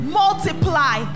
multiply